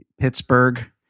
Pittsburgh